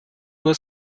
nur